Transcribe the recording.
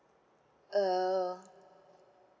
uh